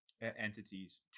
entities